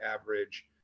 average